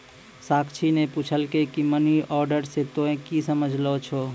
साक्षी ने पुछलकै की मनी ऑर्डर से तोंए की समझै छौ